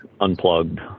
unplugged